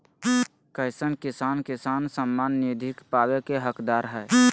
कईसन किसान किसान सम्मान निधि पावे के हकदार हय?